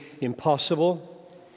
impossible